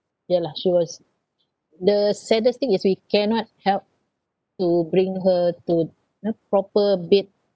ya lah she was the saddest thing is we cannot help to bring her to you know proper bed